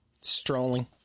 Strolling